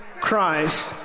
Christ